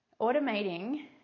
Automating